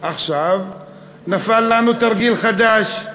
עכשיו נפל לנו תרגיל חדש.